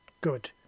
Good